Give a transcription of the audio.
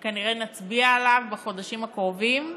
שכנראה נצביע עליו בחודשים הקרובים,